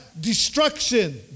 destruction